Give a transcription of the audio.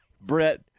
Brett